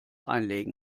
einlegen